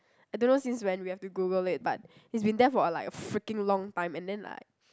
I don't know since when we have to Google it but it's been there for a like freaking long time and then like